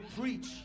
preach